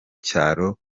cyaro